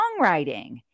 songwriting